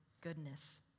goodness